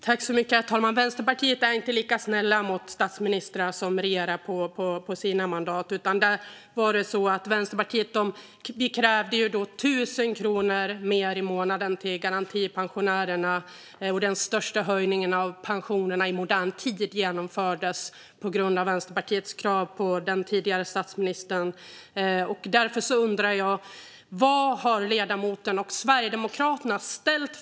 Herr talman! Vi i Vänsterpartiet är inte lika snälla mot statsministrar som regerar med stöd av våra mandat. Vi krävde 1 000 kronor mer i månaden till garantipensionärerna, och den största höjningen av pensionerna i modern tid genomfördes på grund av Vänsterpartiets krav på den tidigare statsministern. Därför undrar jag vilka krav ledamoten och Sverigedemokraterna har ställt.